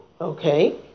Okay